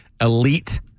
elite